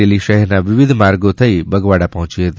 rally શહેરના વિવિધ માર્ગો થઈ બગવાડા પહોંચી હતી